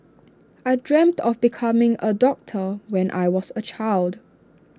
I dreamt of becoming A doctor when I was A child